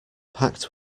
packed